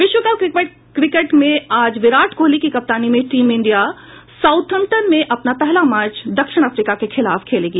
विश्व cup cricket में आज विराट कोहली की कप्तानी में टीम इंडिया साउथम्टन में अपना पहला मैच दक्षिण अफ्रीका के साथ खेलेगी